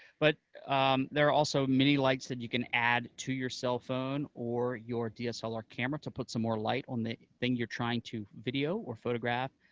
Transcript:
but there are also mini lights that you can add to your cellphone or your dslr camera to put some more light on the thing you're trying to video or photograph.